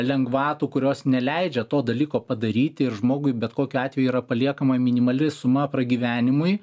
lengvatų kurios neleidžia to dalyko padaryti ir žmogui bet kokiu atveju yra paliekama minimali suma pragyvenimui